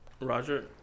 Roger